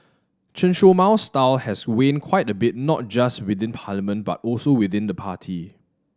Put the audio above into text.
Chen Show Mao's style has waned quite a bit not just within parliament but also within the party